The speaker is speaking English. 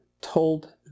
told